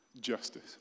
justice